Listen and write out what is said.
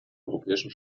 europäischen